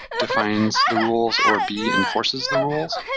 defines the rules or b, enforces the rules.